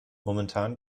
momentan